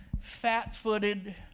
fat-footed